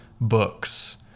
books